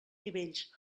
nivells